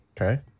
Okay